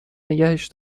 نگهش